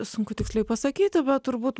sunku tiksliai pasakyti bet turbūt